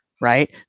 right